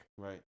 Right